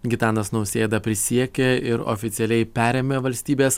gitanas nausėda prisiekė ir oficialiai perėmė valstybės